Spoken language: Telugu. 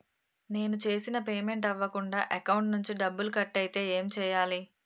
నేను చేసిన పేమెంట్ అవ్వకుండా అకౌంట్ నుంచి డబ్బులు కట్ అయితే ఏం చేయాలి?